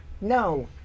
no